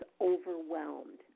overwhelmed